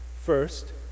First